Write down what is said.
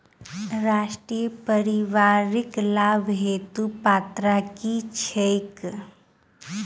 राष्ट्रीय परिवारिक लाभ हेतु पात्रता की छैक